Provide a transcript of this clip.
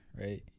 right